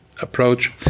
approach